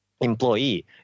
employee